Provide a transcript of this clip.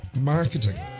marketing